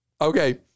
Okay